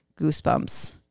goosebumps